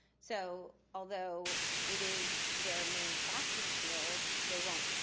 so, although it is their main practice field, they won't,